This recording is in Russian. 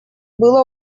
было